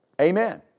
Amen